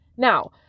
Now